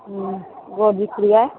గోరుచిక్కుడుకాయ